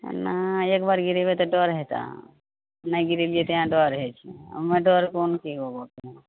ने एक बार गिरेबै तऽ डर हेतऽ नहि गिरेलियै तेॅं डर होइ छै ओहिमे डर कोन चीजके